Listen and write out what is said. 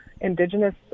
Indigenous